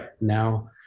now